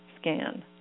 scan